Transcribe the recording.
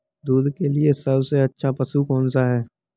दूध के लिए सबसे अच्छा पशु कौनसा है?